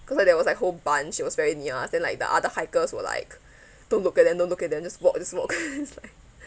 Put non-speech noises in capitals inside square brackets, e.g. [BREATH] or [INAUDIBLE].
go there was like whole bunch that was very near then like the other hikers were like [BREATH] don't look at them don't look at them just walk just walk [NOISE] it's like [BREATH]